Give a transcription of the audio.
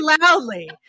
loudly